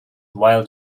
while